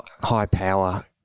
high-power